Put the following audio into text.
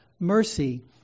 mercy